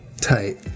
Tight